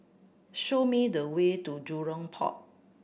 show me the way to Jurong Port